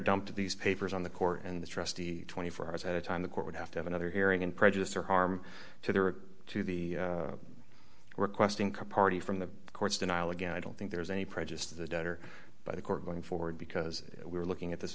to these papers on the court and the trustee twenty four hours at a time the court would have to have another hearing and prejudice or harm to the or to the requesting cup party from the court's denial again i don't think there's any prejudice to the debtor by the court going forward because we're looking at this